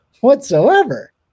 whatsoever